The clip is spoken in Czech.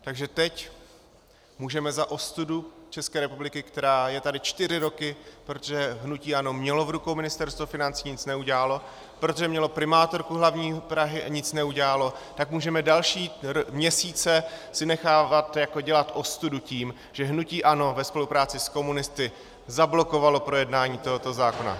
Takže teď můžeme za ostudu České republiky, která je tady čtyři roky, protože hnutí ANO mělo v rukou Ministerstvo financí, nic neudělalo, protože mělo primátorku hlavního města Prahy a nic neudělalo, tak si můžeme další měsíce nechávat dělat ostudu tím, že hnutí ANO ve spolupráci s komunisty zablokovalo projednání tohoto zákona.